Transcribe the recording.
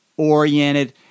oriented